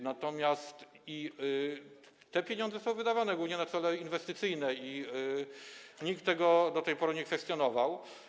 Natomiast te pieniądze są wydawane ogólnie na cele inwestycyjne i nikt tego do tej pory nie kwestionował.